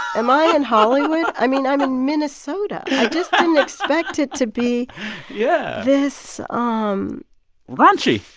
am i in hollywood? i mean, i'm in minnesota i just didn't expect it to be yeah this. um raunchy.